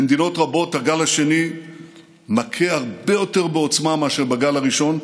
במדינות רבות הגל השני מכה בעוצמה רבה יותר מאשר הגל הראשון.